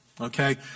Okay